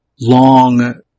long